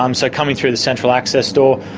um so coming through the central access door,